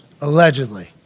Allegedly